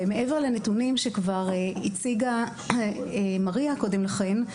מעבר לנתונים שכבר הציגה מריה קודם לכן,